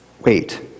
wait